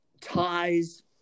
ties